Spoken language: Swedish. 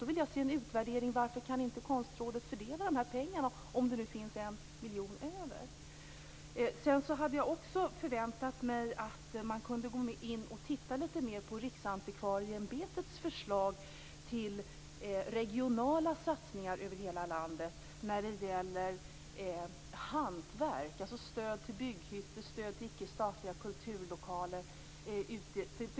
Jag vill se en utvärdering som visar varför Konstrådet inte kan fördela dessa pengar, om det nu finns 1 miljon över. Sedan hade jag också förväntat mig att man tittat litet mer på Riksantikvarieämbetet förslag till regionala satsningar över hela landet när det gäller hantverk, dvs. stöd till icke-statliga kulturlokaler.